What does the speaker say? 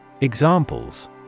Examples